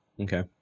Okay